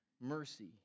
mercy